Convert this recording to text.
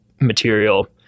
material